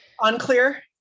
unclear